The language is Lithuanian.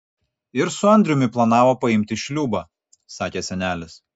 ir su andriumi planavo paimti šliūbą sakė senelis